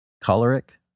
choleric